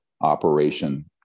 operation